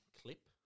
clip